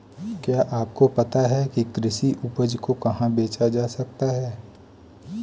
क्या आपको पता है कि कृषि उपज को कहाँ बेचा जा सकता है?